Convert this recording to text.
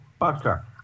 boxcar